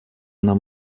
нам